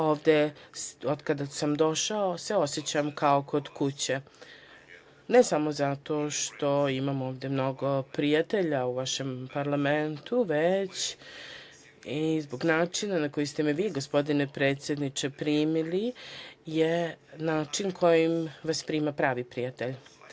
Ovde od kada sam došao se osećam kao kod kuće ne samo zato što imam ovde mnogo prijatelja u vašem parlamentu, već i zbog načina na koji ste me vi, gospodine predsedniče, primili je način kojim vas prima pravi prijatelj.